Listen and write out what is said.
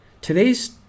Today's